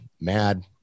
Mad